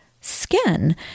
skin